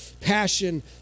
passion